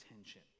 attention